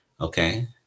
Okay